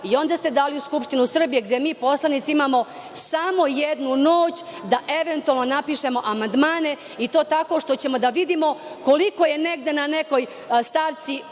i onda ste dali u Skupštinu Srbije gde mi poslanici imamo samo jednu noć da eventualno napišemo amandmane i to tako što ćemo da vidimo koliko je negde na nekoj stavci